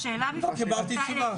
כן, לא קיבלתי תשובה.